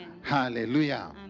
Hallelujah